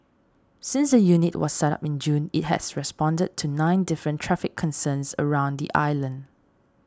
since the unit was set up in June it has responded to nine different traffic concerns around the island